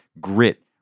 grit